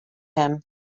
him